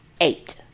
Eight